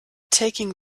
taking